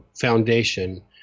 foundation